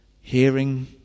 hearing